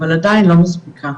אבל עדיין לא מספיקה.